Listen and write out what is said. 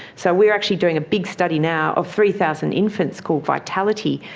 so we're actually doing a big study now of three thousand infants, called vitality,